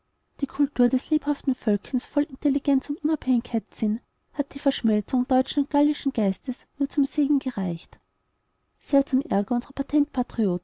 der kultur des lebhaften völkchens voll intelligenz und unabhängigkeitssinn hat die verschmelzung deutschen und gallischen geistes nur zum segen gereicht sehr zum ärger unserer patentpatrioten